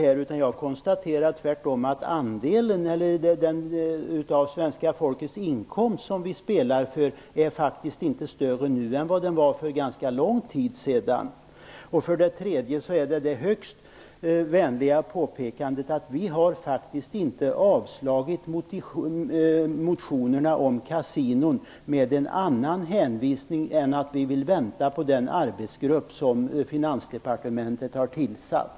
Tvärtom konstaterar jag att den andel av svenska folkets inkomster som vi spelar för faktiskt inte är större nu än den var för ganska lång tid sedan. För det tredje gäller det ett högst vänligt påpekande. Vi har faktiskt inte avstyrkt motionerna om kasinon med någon annan hänvisning än den att vi vill invänta den arbetsgrupp som Finansdepartementet har tillsatt.